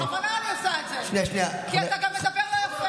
בכוונה אני עושה את זה, כי אתה גם מדבר לא יפה.